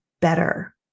better